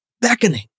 beckoning